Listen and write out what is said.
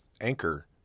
anchor